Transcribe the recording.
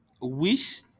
wish